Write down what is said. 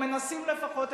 או מנסים לפחות,